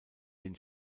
den